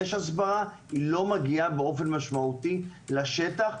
יש הסברה היא לא מגיעה באופן משמעותי לשטח,